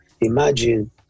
imagine